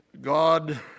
God